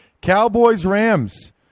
Cowboys-Rams